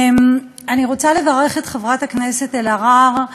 אני רוצה לברך את חברת הכנסת אלהרר.